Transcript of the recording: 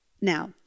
Now